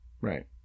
Right